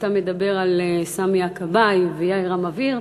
אתה מדבר על סמי הכבאי ויאיר המבעיר,